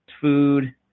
food